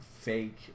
fake